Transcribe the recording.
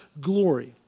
glory